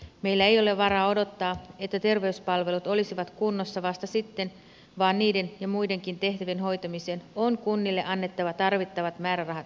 meillä ei ole varaa odottaa että terveyspalvelut olisivat kunnossa vasta sitten vaan niiden ja muidenkin tehtävien hoitamiseen on kunnille annettava tarvittavat määrärahat jo nyt